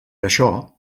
això